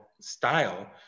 style